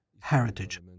heritage